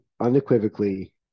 unequivocally